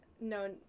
No